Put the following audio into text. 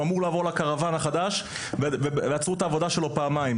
הוא אמור לעבור לקרוואן החדש ועצרו את העבודה שלו פעמיים,